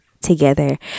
together